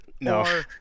no